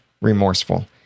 remorseful